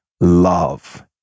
love